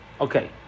Okay